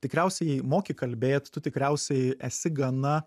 tikriausiai moki kalbėt tu tikriausiai esi gana